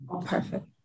Perfect